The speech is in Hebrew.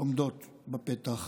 עומדות בפתח.